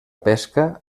pesca